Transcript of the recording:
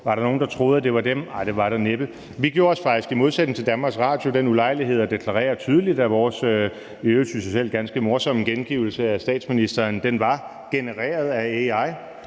Var der nogen, der troede, at det var dem? Nej, det var der næppe. Vi gjorde os faktisk i modsætning til Danmarks Radio den ulejlighed at deklarere tydeligt, at vores i øvrigt, synes jeg selv, ganske morsomme gengivelse af statsministeren var genereret af AI.